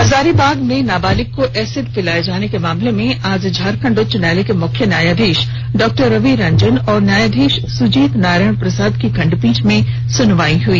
हजारीबाग में नाबालिग को एसिड पिलाए जाने के मामले में आज झारखंड उच्च न्यायालय के मुख्य न्यायाधीश डॉ रवि रंजन और न्यायाधीश सुजीत नारायण प्रसाद की खंडपीठ में सुनवाई हुई